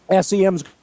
SEM's